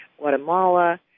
Guatemala